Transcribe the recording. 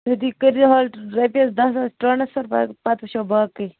تُہۍ دِ کٔرۍزیٚو حظ رۄپیَس دَہ ساس ٹرٛانٕسفَر پَتہٕ پَتہٕ وُچھَو باقٕے